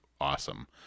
awesome